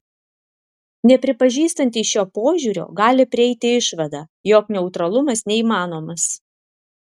nepripažįstantys šio požiūrio gali prieiti išvadą jog neutralumas neįmanomas